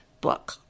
book